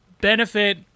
benefit